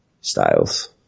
Styles